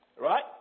Right